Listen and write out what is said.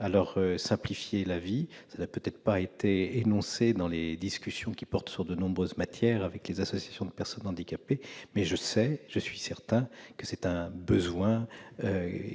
leur simplifier la vie. Peut-être cela n'a-t-il pas été énoncé dans les discussions qui portent sur de nombreuses matières avec les associations de personnes handicapées, mais je suis certain que c'est un besoin